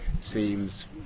seems